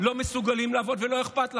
לא מסוגלים לעבוד ולא אכפת לכם.